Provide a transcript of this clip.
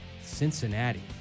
Cincinnati